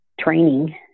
training